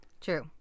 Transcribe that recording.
True